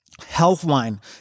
Healthline